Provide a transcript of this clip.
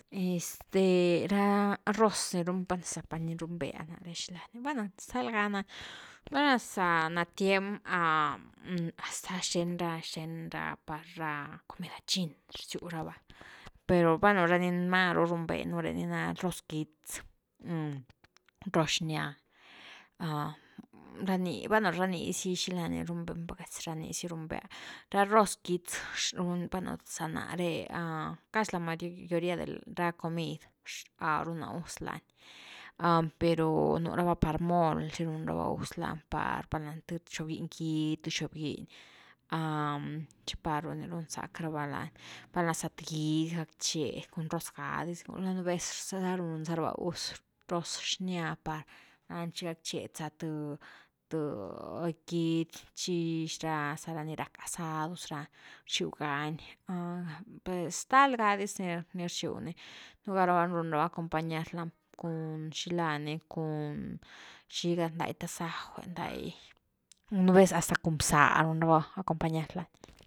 Este ra roz ni runve, zapa ni run’ve ná’re xilani, bueno stal ga nani valna za na tiem hasta xthen ra- xthen ra par ra comida chin rziu rava, per vel’na ni maru runvé un re ni na roz quitz, roz xnya, ra ni, bueno ra ni zy xila run ve packa, casi ra ni zy run’ve ra roz quitz, bueno za nare, casi de la mayoría de ra comid runa gus lani pero nú rava par moly si run rava gus lani par th xobginy gidy th xob giny, ¿xi par ru gy run zack rava lani? Lan’na za th gidy gackche cun roz ga dis, gula nú vez zega run za raba gus roz xnya par chi gackche za th-th guidy chi xila za ra ni rack asados ra rxiu gani per stal ga dis ni rxiu ni, nú ga rava run rava acompañar lani cun xila ni cun xiga ndai tasaj’we ndai nú vez, hasta cun bzá run ra’va compañar lani.